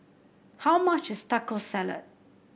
how much is Taco Salad